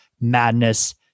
Madness